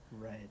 right